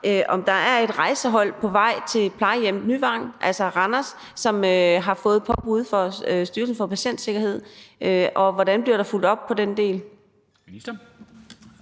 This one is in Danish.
om der er et rejsehold på vej til plejehjemmet Nyvang i Randers, som har fået et påbud fra Styrelsen for Patientsikkerhed. Og hvordan bliver der fulgt op på den del?